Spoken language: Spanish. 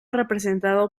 representado